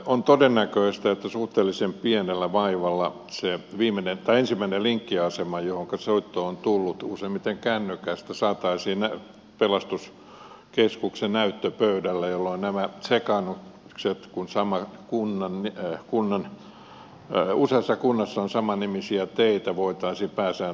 on todennäköistä että suhteellisen pienellä vaivalla se ensimmäinen linkkiasema johonka soitto on tullut useimmiten kännykästä saataisiin pelastuskeskuksen näyttöpöydälle jolloin nämä sekaannukset kun useassa kunnassa on samannimisiä teitä voitaisiin pääsääntöisesti välttää